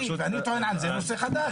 ואני טוען על זה נושא חדש.